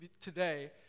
today